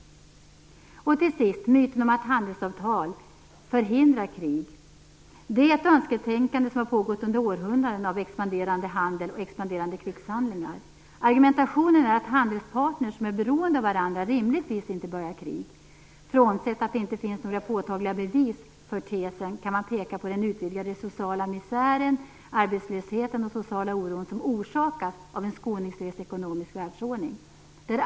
Till sist gäller det myten om att handelsavtal förhindrar krig. Det är ett önsketänkande som förekommit i århundraden med en expanderande handel och med expanderande krigshandlingar. Argumentationen är att handelspartner som är beroende av varandra rimligtvis inte påbörjar krig. Frånsett att det inte finns påtagliga bevis för tesen kan man peka på den utvidgade sociala misären, den arbetslöshet och den sociala oro som förorsakats av en skoningslös ekonomisk världsordning.